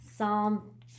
psalm